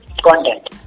content